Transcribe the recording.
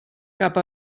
cap